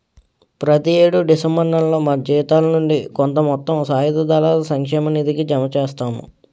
ప్రతి యేడు డిసెంబర్ నేలలో మా జీతాల నుండి కొంత మొత్తం సాయుధ దళాల సంక్షేమ నిధికి జమ చేస్తాము